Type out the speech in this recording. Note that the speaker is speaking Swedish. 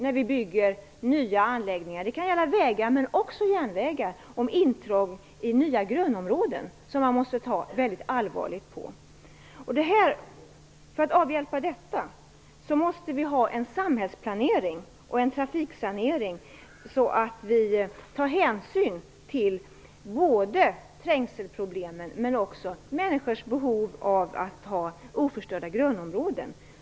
När vi bygger nya anläggningar, det kan vara vägar men också järnvägar, handlar det också om intrång i nya grönområden, som man måste ta väldigt allvarligt på. För att avhjälpa detta måste vi ha en samhällsplanering och en trafiksanering som tar hänsyn till både trängselproblemen och människors behov av oförstörda grönområden.